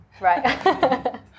Right